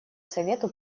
совету